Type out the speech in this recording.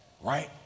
right